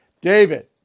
David